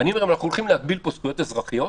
אנחנו הולכים להגביל פה זכויות אזרחיות,